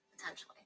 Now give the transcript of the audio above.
potentially